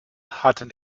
hatten